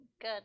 good